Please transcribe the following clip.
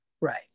Right